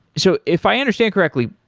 so if i understand correctly,